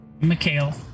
Mikhail